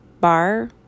bar